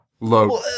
low